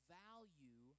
value